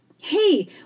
Hey